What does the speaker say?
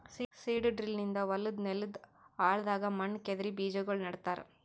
seed drill ನಿಂದ ಹೊಲದ್ ನೆಲದ್ ಆಳದಾಗ್ ಮಣ್ಣ ಕೆದರಿ ಬೀಜಾಗೋಳ ನೆಡ್ತಾರ